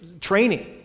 training